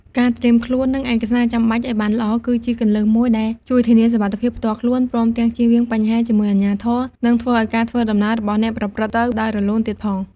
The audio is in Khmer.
ការត្រៀមខ្លួន និងឯកសារចាំបាច់ឲ្យបានល្អ គឺជាគន្លឹះមួយដែលជួយធានាសុវត្ថិភាពផ្ទាល់ខ្លួន ព្រមទាំងជៀសវាងបញ្ហាជាមួយអាជ្ញាធរ និងធ្វើឲ្យការធ្វើដំណើររបស់អ្នកប្រព្រឹត្តទៅដោយរលូនទៀតផង។